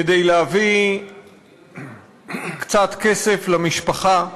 כדי להביא קצת כסף למשפחה,